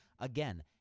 Again